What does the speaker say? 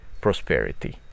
prosperity